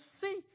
see